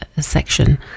section